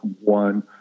one